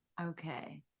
Okay